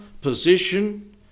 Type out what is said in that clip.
position